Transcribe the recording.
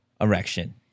erection